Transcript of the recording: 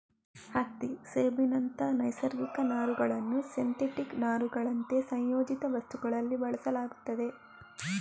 ಹತ್ತಿ, ಸೆಣಬಿನಂತ ನೈಸರ್ಗಿಕ ನಾರುಗಳನ್ನ ಸಿಂಥೆಟಿಕ್ ನಾರುಗಳಂತೆ ಸಂಯೋಜಿತ ವಸ್ತುಗಳಲ್ಲಿ ಬಳಸಲಾಗ್ತದೆ